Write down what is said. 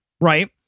Right